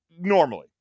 normally